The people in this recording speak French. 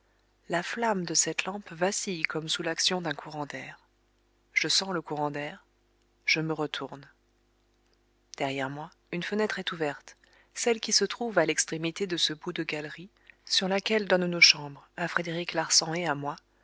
la flamme de cette lampe vacille comme sous l'action d'un courant d'air je sens le courant d'air je me retourne derrière moi une fenêtre est ouverte celle qui se trouve à l'extrémité de ce bout de galerie sur laquelle donnent nos chambres à frédéric larsan et à moi